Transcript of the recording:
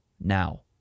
now